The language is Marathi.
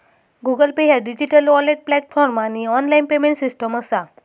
गुगल पे ह्या डिजिटल वॉलेट प्लॅटफॉर्म आणि ऑनलाइन पेमेंट सिस्टम असा